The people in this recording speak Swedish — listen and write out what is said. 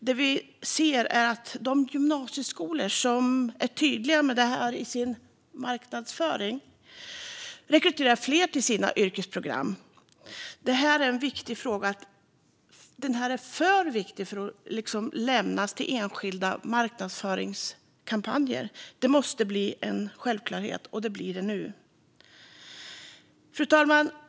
Det vi ser är att de gymnasieskolor som är tydliga med detta i sin "marknadsföring" rekryterar fler till sina yrkesprogram. Den här frågan är för viktig för att lämnas till enskilda marknadsföringskampanjer. Det måste bli en självklarhet, och det blir det nu. Fru talman!